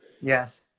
Yes